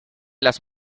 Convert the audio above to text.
las